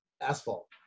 asphalt